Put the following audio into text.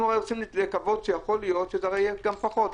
אנחנו הרי רוצים לקוות שיכול להיות שזה גם יהיה פחות,